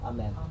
Amen